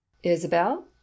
Isabel